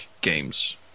games